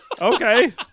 Okay